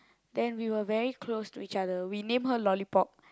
then we were very close to each other we name her Lollipop